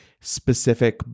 specific